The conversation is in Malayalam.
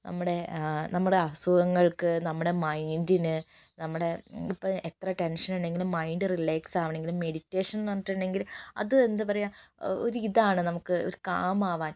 നമ്മുടെ നമ്മുടെ അസുഖങ്ങൾക്ക് നമ്മുടെ മൈൻ്റിന് നമ്മുടെ ഇപ്പോൾ എത്ര ടെൻഷനുണ്ടെങ്കിലും മൈൻ്റ് റിലാക്സാവണമെങ്കിൽ മെഡിറ്റേഷൻ എന്നു പറഞ്ഞിട്ടുണ്ടെങ്കിൽ അത് എന്താ പറയുക ഒരിതാണ് നമുക്ക് ഒരു കാം ആവാൻ